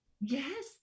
Yes